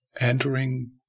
entering